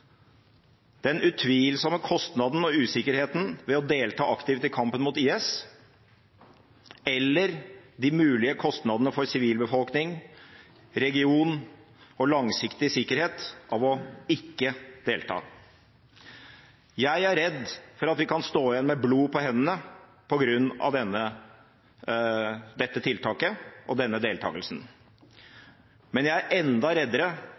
den utvilsomme kostnaden og usikkerheten ved å delta aktivt i kampen mot IS eller de mulige kostnadene for sivilbefolkning, region og langsiktig sikkerhet ved ikke å delta. Jeg er redd for at vi kan stå igjen med blod på hendene på grunn av dette tiltaket og denne deltakelsen. Men jeg er enda reddere